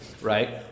right